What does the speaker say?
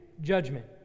judgment